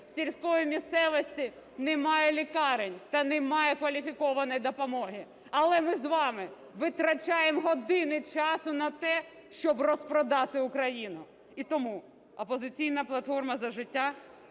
у сільській місцевості, не мають лікарень та не мають кваліфікованої допомоги. Але ми з вами витрачаємо години часу на те, щоб розпродати Україну. І тому "Опозиційна платформа - За життя"